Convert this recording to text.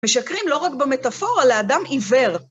משקרים לא רק במטאפורה לאדם עיוור.